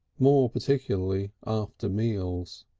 more particularly after meals.